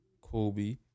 Kobe